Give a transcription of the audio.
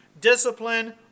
discipline